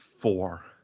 four